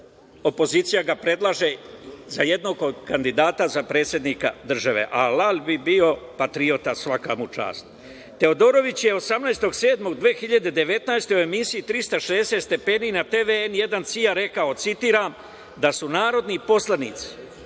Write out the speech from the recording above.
opozicija ga predlaže za jednog od kandidata za predsednika države. Alal bi bio patriota, svaka mu čast. Teodorović je 18. jula 2019. godine u emisiji „360 stepeni“ na TV N1 CIA rekao, citiram - da su narodni poslanici